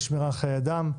ובשמירה על חיי אדם,